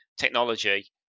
technology